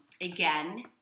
again